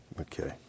Okay